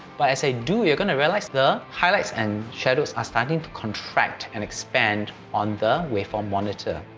but as i do, you're going to realise the highlights and shadows are starting to contract and expand on the waveform monitor.